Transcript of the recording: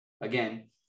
again